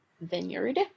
Vineyard